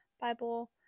Bible